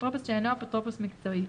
אפוטרופוס שאינו אפוטרופוס מקצועי,